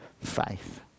faith